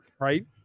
right